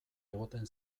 egoten